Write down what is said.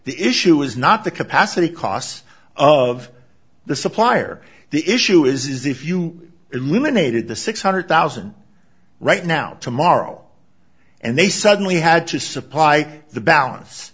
the issue is not the capacity costs of the supplier the issue is if you eliminated the six hundred thousand right now tomorrow and they suddenly had to supply the balance